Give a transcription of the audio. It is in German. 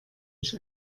ich